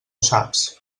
saps